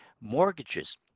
Mortgages